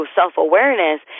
self-awareness